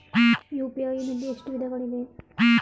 UPI ನಲ್ಲಿ ಎಷ್ಟು ವಿಧಗಳಿವೆ?